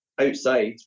outside